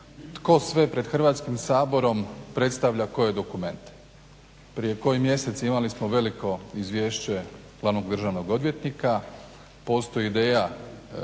tko sve pred Hrvatskim saborom predstavlja koje dokumente, prije koji mjesec imali smo veliko izvješće glavnog državnog odvjetnika, postoji ideja